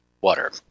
water